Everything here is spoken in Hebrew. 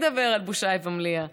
חייבים לדבר על בושאייף במליאה.